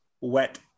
wet